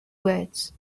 words